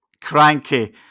cranky